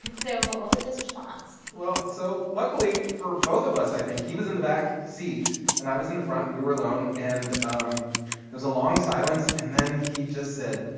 so what was his response? well, so luckily for both of us, i think, he was in the back seat and i was in the front. we were alone and um there's a long silence, and then he just said,